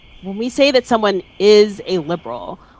when we say that someone is a liberal,